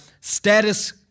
status